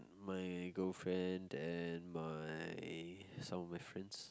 my girlfriend and my some of my friends